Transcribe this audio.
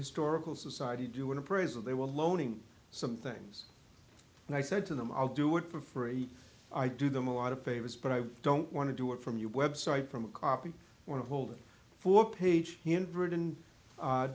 historical society to do an appraisal they were loaning some things and i said to them i'll do it for free i do them a lot of favors but i don't want to do it from your website from a copy one holding a four page handwritten